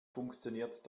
funktioniert